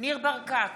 ניר ברקת,